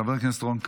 חבר הכנסת רון כץ.